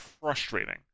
frustrating